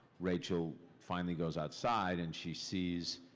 rachel finally goes outside and she sees